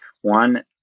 one